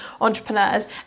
entrepreneurs